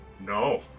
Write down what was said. No